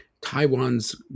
Taiwan's